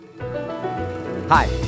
Hi